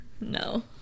No